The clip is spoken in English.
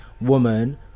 woman